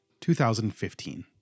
2015